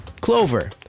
Clover